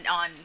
on